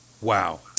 wow